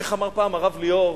איך אמר פעם הרב ליאור?